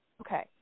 Okay